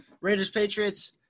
Raiders-Patriots